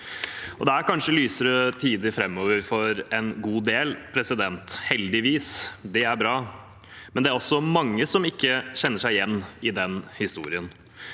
Det er kanskje lysere tider framover for en god del – heldigvis, det er bra. Men det er også mange som ikke kjenner seg igjen i den historien.